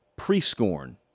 Prescorn